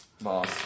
Boss